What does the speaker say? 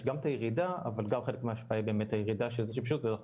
יש גם את הירידה אבל גם חלק מההשפעה היא באמת הירידה שזה פשוט אנחנו